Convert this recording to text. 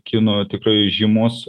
kinų tikrai žymus